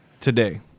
Today